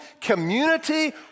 community